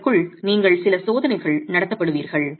அதற்குள் நீங்கள் சில சோதனைகள் நடத்தப்படுகிறீர்கள்